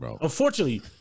unfortunately